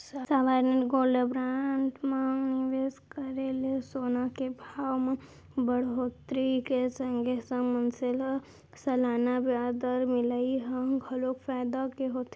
sovereign gold bond म निवेस करे ले सोना के भाव म बड़होत्तरी के संगे संग मनसे ल सलाना बियाज दर मिलई ह घलोक फायदा के होथे